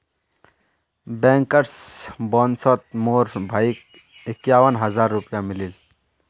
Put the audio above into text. bankers बोनसोत मोर भाईक इक्यावन हज़ार रुपया मिलील